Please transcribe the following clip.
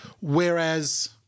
Whereas